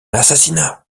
assassinat